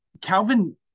Calvin